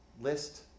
list